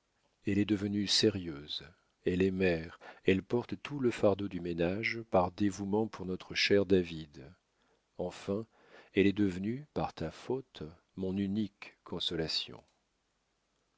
elle est devenue sérieuse elle est mère elle porte tout le fardeau du ménage par dévouement pour notre cher david enfin elle est devenue par ta faute mon unique consolation